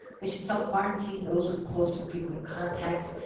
they should self-quarantine, those with close and frequent contact.